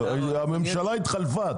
הממשלה התחלפה,